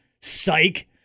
psych